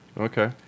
Okay